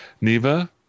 neva